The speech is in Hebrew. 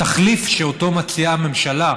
התחליף שאותו מציעה הממשלה,